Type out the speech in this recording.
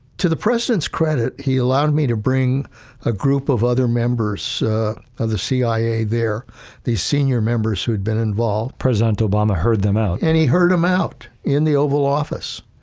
to the president's credit, he allowed me to bring a group of other members of the cia, they're the senior members who had been involved rosenberg president obama heard them out. and he heard them out in the oval office.